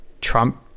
Trump